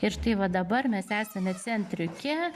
ir štai va dabar mes esame centriuke